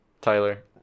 Tyler